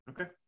Okay